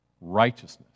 righteousness